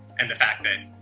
and the fact that,